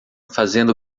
fazendo